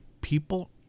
people